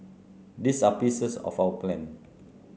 these are pieces of our plan